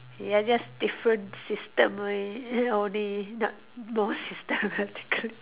they are just different system only err only not more systematical